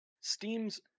Steam's